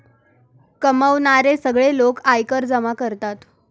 कमावणारे सगळे लोक आयकर जमा करतात